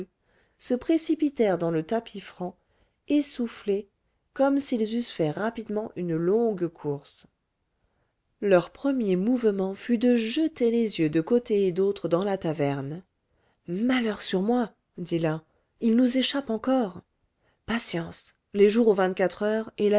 se précipitèrent dans le tapis franc essoufflés comme s'ils eussent fait rapidement une longue course leur premier mouvement fut de jeter les yeux de côté et d'autre dans la taverne malheur sur moi dit l'un il nous échappe encore patience les jours ont vingt-quatre heures et